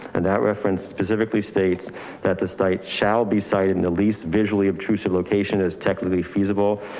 and that reference specifically states that the site shall be cited and the least visually obtrusive location as technically feasible,